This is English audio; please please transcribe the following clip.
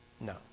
No